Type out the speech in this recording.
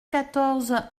quatorze